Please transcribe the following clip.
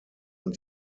und